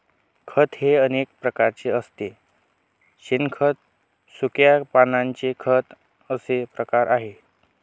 खत हे अनेक प्रकारचे असते शेणखत, सुक्या पानांचे खत असे प्रकार आहेत